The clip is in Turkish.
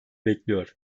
bekliyor